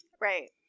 Right